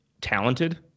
talented